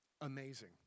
amazing